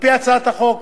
על-פי הצעת החוק,